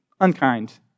unkind